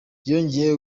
yongeye